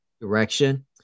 direction